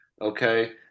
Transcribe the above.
okay